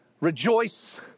rejoice